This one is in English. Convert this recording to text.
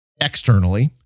externally